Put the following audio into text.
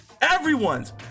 everyone's